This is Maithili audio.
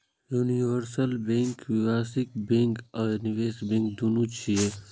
यूनिवर्सल बैंक व्यावसायिक बैंक आ निवेश बैंक, दुनू छियै